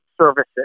services